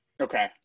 Okay